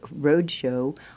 roadshow